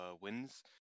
wins